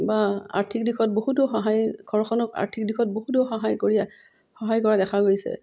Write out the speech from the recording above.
বা আৰ্থিক দিশত বহুতো সহায় ঘৰখনক আৰ্থিক দিশত বহুতো সহায় কৰি সহায় কৰা দেখা গৈছে